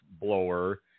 blower